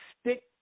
stick